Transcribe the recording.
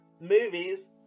movies